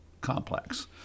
complex